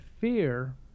fear